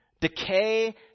decay